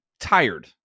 tired